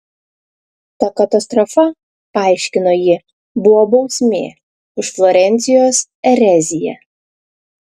ta katastrofa paaiškino ji buvo bausmė už florencijos ereziją